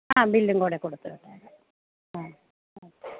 ആ ബില്ലും കൂടെ കൊടുത്തുവിട്ടേക്കാം ആ ആ